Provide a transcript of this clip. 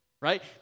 Right